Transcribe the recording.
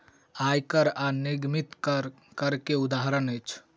आय कर आ निगमित कर, कर के उदाहरण अछि